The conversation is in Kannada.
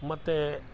ಮತ್ತು